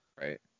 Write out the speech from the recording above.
right